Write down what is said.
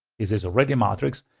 is is already a matrix.